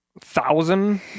thousand